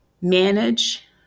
manage